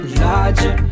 larger